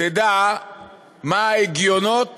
תדע מה ההגיונות